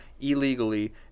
illegally